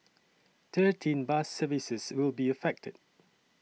thirteen bus services will be affected